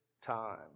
time